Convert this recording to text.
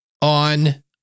on